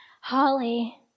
Holly